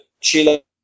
Chile